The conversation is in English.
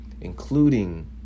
including